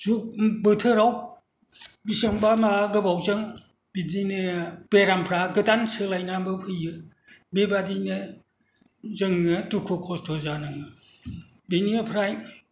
जुग बोथोराव बेसेबांबा गोबावजों बिदिनो बेरामफ्रा गोदान सोलायनाबो फैयो बेबादिनो जोङो दुखु खस्थ' जानाङो बेनिफ्राय